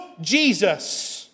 Jesus